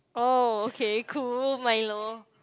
oh okay cool Milo